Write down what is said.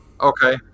Okay